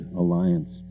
alliance